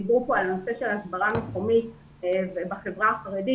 דיברו כאן על נושא של הסברה מקומית בחברה החרדית.